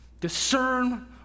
discern